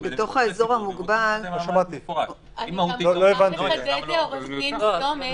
רק לחדד, עו"ד סומך,